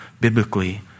biblically